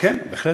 כן, בהחלט.